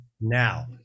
now